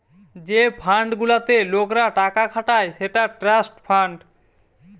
যে ফান্ড গুলাতে লোকরা টাকা খাটায় সেটা ট্রাস্ট ফান্ড